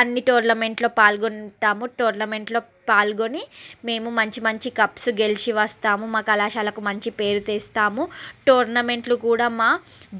అన్నీ టోర్నమెంట్లో పాల్గొంటాము టోర్నమెంట్లో పాల్గొని మేము మంచి మంచి కప్స్ గెలిచి వస్తాము మా కళాశాలకు మంచి పేరు తెస్తాము టోర్నమెంట్లు కూడా మా